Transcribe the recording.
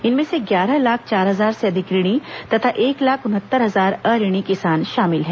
इनमें से ग्यारह लाख चार हजार से अधिक ऋणी तथा एक लाख उनहत्तर हजार अऋणी किसान शामिल हैं